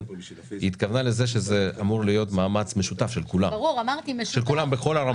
היא התכוונה לזה שזה אמור להיות מאמץ משותף של כולם בכל הרמות.